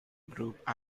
group